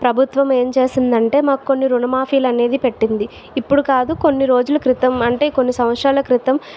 ప్రభుత్వం ఏం చేసిందంటే మాకు కొన్ని రుణమాఫీలు అనేది పెట్టింది ఇప్పుడు కాదు కొన్ని రోజులు క్రితం అంటే కొన్ని సంవత్సరాల క్రితం